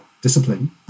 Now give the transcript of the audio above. discipline